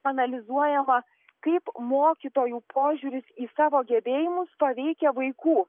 analizuojama kaip mokytojų požiūris į savo gebėjimus paveikia vaikų